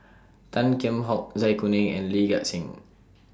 Tan Kheam Hock Zai Kuning and Lee Gek Seng